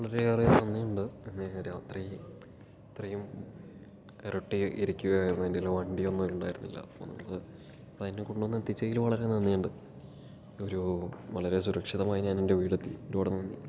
വളരെ ഏറെ നന്ദി ഉണ്ട് ഇന്നലെ രാത്രി ഇത്രയും ഇരുട്ടി ഇരിക്കുകയായിരുന്നു എൻ്റെ കയ്യിൽ വണ്ടി ഒന്നും ഉണ്ടായിരുന്നില്ല അപ്പോൾ നമ്മൾ അപ്പോൾ എന്നെ കൊണ്ട് വന്ന് എത്തിച്ചതില് വളരെ നന്ദിയുണ്ട് ഒരു വളരെ സുരക്ഷിതമായി ഞാനെൻ്റെ വീടെത്തി ഒരുപാട് നന്ദി